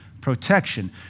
protection